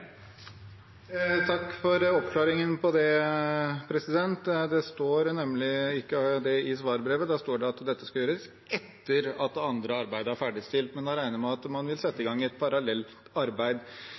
Takk til statsråden for den oppklaringen. Det står nemlig ikke det i svarbrevet. Der står det at dette skal gjøres etter at det andre arbeidet er ferdigstilt. Men da regner jeg med at man vil sette i